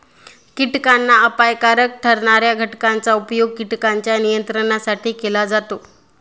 कीटकांना अपायकारक ठरणार्या घटकांचा उपयोग कीटकांच्या नियंत्रणासाठी केला जातो